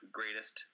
greatest